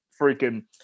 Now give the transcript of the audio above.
freaking